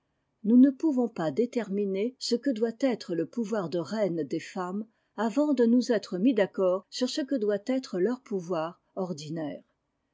nous ne pouvons pas déterminer ce que doit être le pouvoir de reine des femmes avant de nous être mis d'accord sur ce que doit être leur pouvoir ordinaire